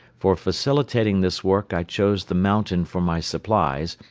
for facilitating this work i chose the mountain for my supplies,